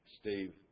Steve